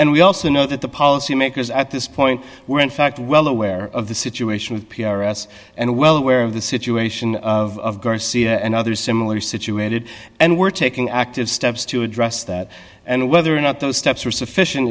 and we also know that the policy makers at this point were in fact well aware of the situation with p r s and well aware of the situation of garcia and others similarly situated and we're taking active steps to address that and whether or not those steps are sufficient